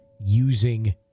using